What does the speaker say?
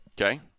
Okay